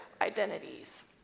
identities